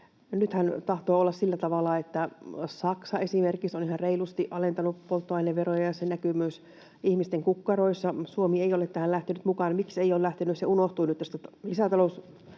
Nythän tahtoo olla sillä tavalla, että esimerkiksi Saksa on ihan reilusti alentanut polttoaineveroja, ja se näkyy myös ihmisten kukkaroissa. Suomi ei ole tähän lähtenyt mukaan. Miksi ei ole lähtenyt? Se unohtui nyt tästä lisätalousarviosta.